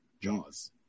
jaws